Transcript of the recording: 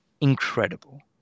incredible